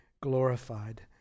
glorified